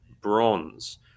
bronze